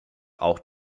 auch